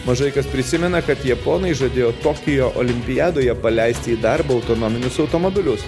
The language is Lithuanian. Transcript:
mažai kas prisimena kad japonai žadėjo tokijo olimpiadoje paleisti į darbą autonominius automobilius